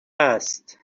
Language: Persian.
است